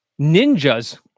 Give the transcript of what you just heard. Ninjas